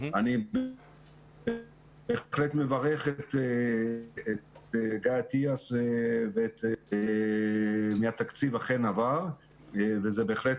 אני בהחלט מברך את גיא אטיאס שהתקציב אכן עבר וזה בהחלט